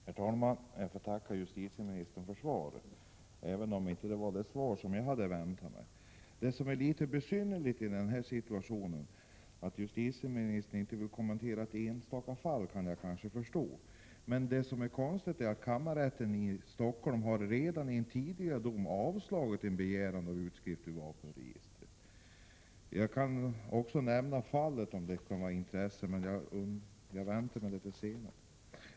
Herr talman! Jag får tacka justitieministern för svaret, även om det inte var det svar som jag hade väntat mig. Att justitieministern i denna situation inte vill kommentera ett enstaka fall kan jag kanske förstå. Det är emellertid konstigt att kammarrätten i Stockholm redan i en tidigare dom har avslagit en begäran om utdrag ur vapenregistret. Jag kan också redogöra för fallet, om det skulle vara av intresse. Men jag väntar med detta till senare.